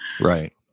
Right